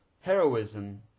heroism